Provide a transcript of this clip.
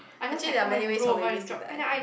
actually there are many ways of baby to die